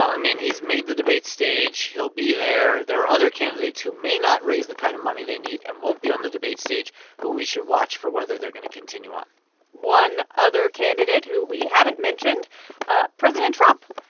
i mean, he's made the debate stage. he'll be there. there are other candidates who may not raise the kind of money they need and won't be on the debate stage who we should watch for whether they're going to continue on one other candidate who we haven't mentioned ah president trump.